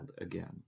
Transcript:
again